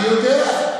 אני יודע.